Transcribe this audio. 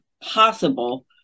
possible